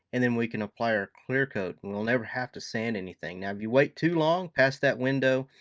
and then we can apply our clear-coat and we'll never have to sand anything. now if you wait too long, past that window,